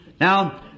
Now